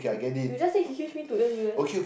you just said he hitch me to N_U_S